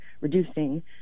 reducing